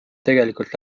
tegelikult